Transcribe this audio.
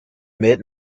mid